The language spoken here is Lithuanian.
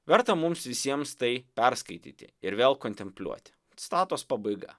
verta mums visiems tai perskaityti ir vėl kontempliuoti citatos pabaiga